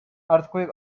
earthquake